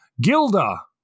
Gilda